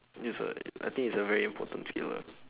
yes I I think it's a very important skill lah